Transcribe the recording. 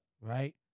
Right